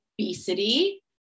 obesity